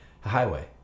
highway